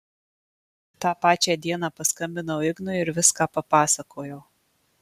tą pačią dieną paskambinau ignui ir viską papasakojau